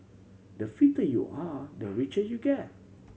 the fitter you are the richer you get